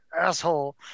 asshole